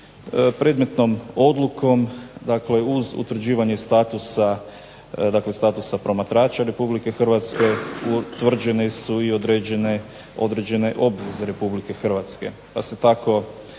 Predmetnom odlukom, dakle uz utvrđivanje statusa, dakle statusa promatrača Republike Hrvatske utvrđeni su i određene obveze Republike Hrvatske, pa se tako